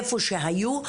איפה שהיו,